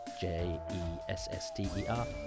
j-e-s-s-t-e-r